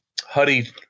Huddy